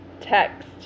text